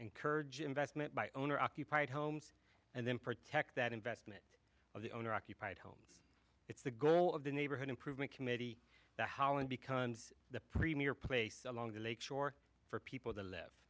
and courage investment by owner occupied homes and then protect that investment of the owner occupied homes it's the goal of the neighborhood improvement committee the holland becomes the premier place along the lake shore for people to live